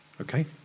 Okay